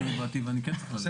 אני כן צריך ללכת.